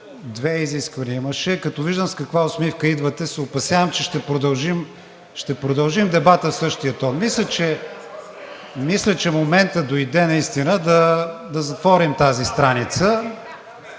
Две изисквания имаше. (Реплика.) Като виждам с каква усмивка идвате, се опасявам, че ще продължим дебата в същия тон. (Шум и реплики.) Мисля, че моментът дойде наистина да затворим тази страница